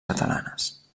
catalanes